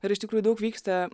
ir iš tikrųjų daug vyksta